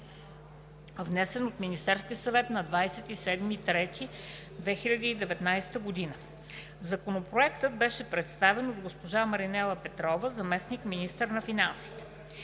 внесен от Министерския съвет на 27 март 2019 г. Законопроектът беше представен от госпожа Маринела Петрова – заместник–министър на финансите.